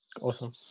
Awesome